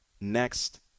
next